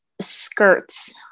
skirts